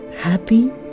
happy